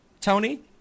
Tony